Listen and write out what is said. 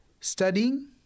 studying